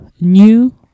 new